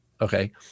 Okay